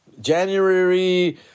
January